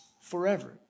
forever